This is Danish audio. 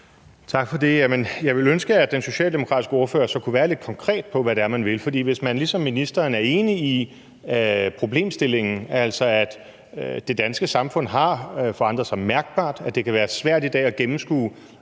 Tak for det. Jeg ville ønske, at den socialdemokratiske ordfører så kunne være lidt konkret, med hensyn til hvad man vil. For hvis man ligesom ministeren er enig i problemstillingen, altså at det danske samfund har forandret sig mærkbart – det kan i dag være svært at gennemskue